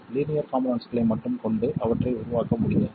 linear காம்போனெண்ட்ஸ்களை மட்டும் கொண்டு அவற்றை உருவாக்க முடியாது